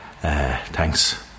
Thanks